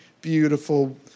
beautiful